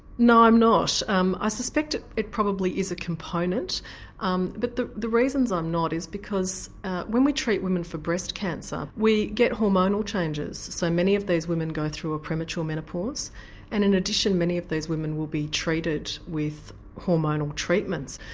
no i'm not. i um ah suspect it it probably is a component um but the the reasons i'm not is because when we treat women for breast cancer we get hormonal changes. so many of these women go through a premature menopause and in addition, many of these women will be treated with hormonal treatments.